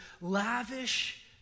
lavish